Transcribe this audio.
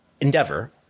Endeavor